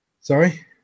Sorry